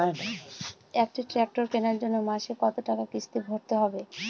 একটি ট্র্যাক্টর কেনার জন্য মাসে কত টাকা কিস্তি ভরতে হবে?